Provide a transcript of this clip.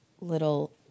little